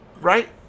right